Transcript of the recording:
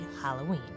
Halloween